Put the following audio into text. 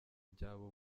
by’abo